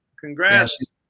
congrats